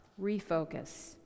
refocus